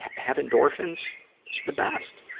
have endorphins, it's the best.